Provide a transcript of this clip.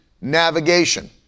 navigation